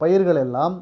பயிர்கள் எல்லாம்